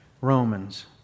Romans